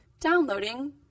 Downloading